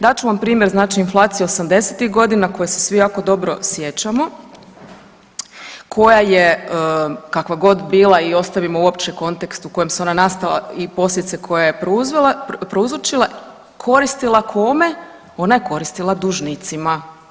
Dat ću vam primjer, znači inflacije '80.-tih godina koje se svi jako dobro sjećamo, koja je kakva god bila i ostavimo uopće kontekst u kojem je ona nastala i posljedice koje je prouzročila, koristila kome, ona je koristila dužnicima.